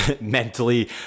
mentally